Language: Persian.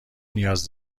نیاز